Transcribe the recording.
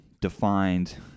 defined